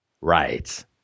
Right